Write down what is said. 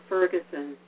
Ferguson